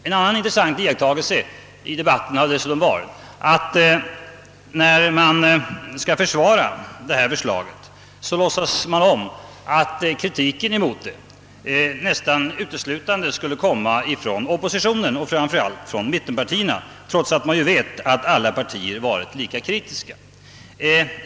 En annan intressant iakttagelse under debatten har varit, att när man försvarat detta förslag så har man låtsats att kritiken emot det nästan uteslutande kommer från oppositionen, framför allt från mittenpartierna, trots att man vet att alla partier har varit lika kritiska.